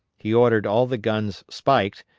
he ordered all the guns spiked,